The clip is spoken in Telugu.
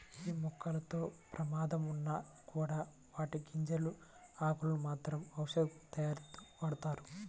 యీ మొక్కలతో ప్రమాదం ఉన్నా కూడా వాటి గింజలు, ఆకులను మాత్రం ఔషధాలతయారీలో వాడతారు